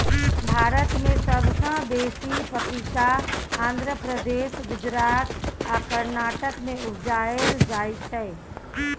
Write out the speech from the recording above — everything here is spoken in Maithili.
भारत मे सबसँ बेसी पपीता आंध्र प्रदेश, गुजरात आ कर्नाटक मे उपजाएल जाइ छै